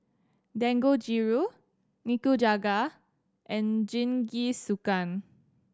Dangojiru Nikujaga and Jingisukan